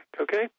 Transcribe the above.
Okay